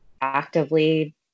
actively